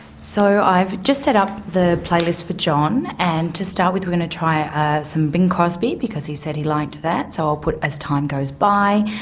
so i've just set up the playlist for john, and to start with we're going to try ah some bing crosby because he said he liked that, so i'll put as time goes by,